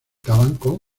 habitaban